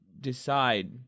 decide